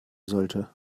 sollte